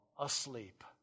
asleep